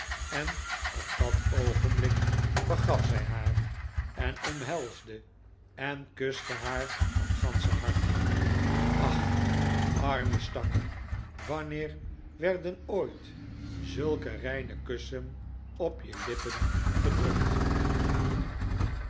en op dat oogenblik vergaf zij haar en omhelsde en kuste haar van ganscher harte ach arme stakker wanneer werden ooit zulke reine kussen op je lippen gedrukt